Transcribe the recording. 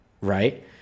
right